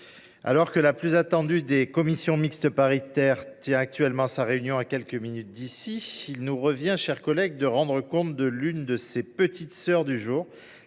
alors que la plus attendue des commissions mixtes paritaires tient actuellement sa réunion à quelques minutes d’ici, il nous revient de rendre compte de l’une de ses « petites sœurs » du jour,